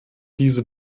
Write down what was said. diese